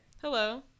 Hello